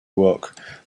awoke